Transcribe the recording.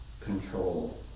control